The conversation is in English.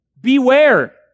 Beware